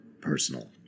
Personal